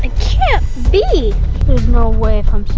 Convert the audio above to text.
and can't be. there's no way if i'm seeing